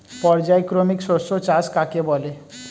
পর্যায়ক্রমিক শস্য চাষ কাকে বলে?